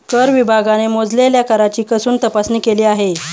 कर विभागाने मोजलेल्या कराची कसून तपासणी केली आहे